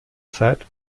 zeit